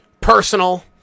personal